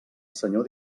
senyor